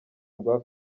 rwa